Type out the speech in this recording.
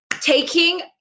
taking